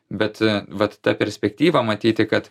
bet vat ta perspektyva matyti kad